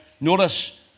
Notice